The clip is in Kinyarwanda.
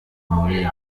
muri